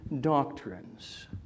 doctrines